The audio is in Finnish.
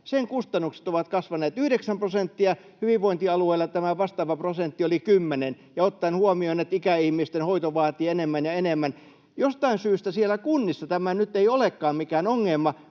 kustannukset ovat kasvaneet yhdeksän prosenttia, hyvinvointialueilla tämä vastaava prosentti oli kymmenen ja ottaen huomioon, että ikäihmisten hoito vaatii enemmän ja enemmän. Jostain syystä siellä kunnissa tämä nyt ei olekaan mikään ongelma,